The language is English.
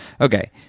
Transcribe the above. Okay